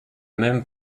même